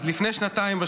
אז לפני שנתיים,